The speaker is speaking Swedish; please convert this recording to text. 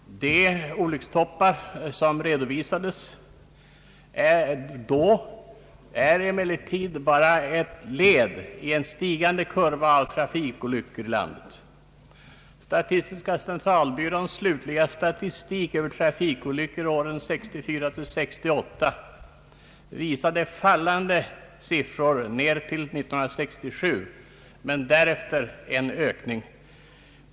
De olyckstoppar som redovisades då är emellertid bara ett led i en stigande kurva av trafikolyckor i landet. Statistiska centralbyråns slutliga statistik över trafikolyckor åren 1964—1968 visar fallande siffror till 1967 men därefter en ökning.